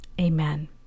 amen